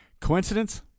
Coincidence